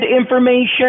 information